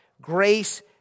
Grace